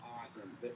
awesome